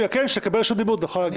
כשתקבל רשות דיבור, תוכל להגיב.